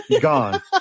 gone